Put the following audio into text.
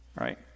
right